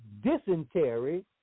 dysentery